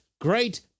great